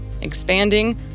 expanding